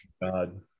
God